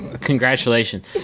congratulations